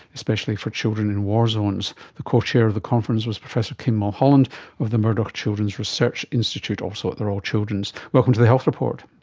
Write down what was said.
especially for children in war zones. the co-chair co-chair of the conference was professor kim mulholland of the murdoch children's research institute, also at the royal children's. welcome to the health report.